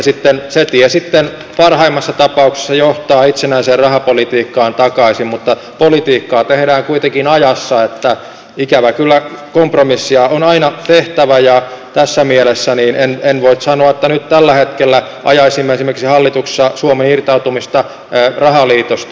se tie sitten parhaimmassa tapauksessa johtaa itsenäiseen rahapolitiikkaan takaisin mutta politiikkaa tehdään kuitenkin ajassa niin että ikävä kyllä kompromisseja on aina tehtävä ja tässä mielessä en voi sanoa että nyt tällä hetkellä ajaisimme esimerkiksi hallituksessa suomen irtautumista rahaliitosta